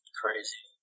crazy